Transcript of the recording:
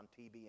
TBN